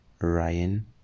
Ryan